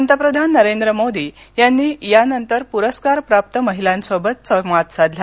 पंतप्रधान नरेंद्र मोदी यांनी या नंतर प्रस्कारप्राप्त या महिलांसोबत संवाद साधला